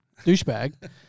douchebag